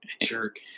Jerk